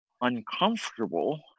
uncomfortable